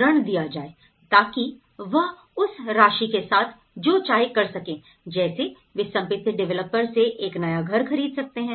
ऋण दिया जाए ताकि वह उस राशि के साथ जो चाहे कर सकें जैसे वे संपत्ति डेवलपर से एक नया घर खरीद सकते हैं